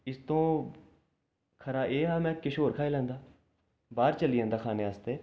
इस तों खरा एह् हा में किश होर खाई लैंदा बाह्र चली जंदा किश खाने आस्तै